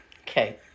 Okay